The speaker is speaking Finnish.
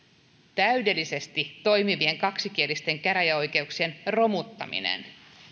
täydellisesti toimivien kaksikielisten käräjäoikeuksien romuttaminen